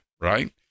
right